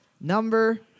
number